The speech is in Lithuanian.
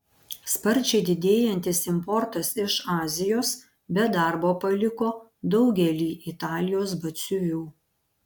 sparčiai didėjantis importas iš azijos be darbo paliko daugelį italijos batsiuvių